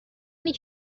نمی